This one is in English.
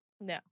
No